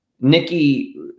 Nikki